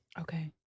Okay